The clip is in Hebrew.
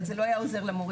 אבל זה לא היה עוזר למורים,